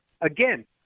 Again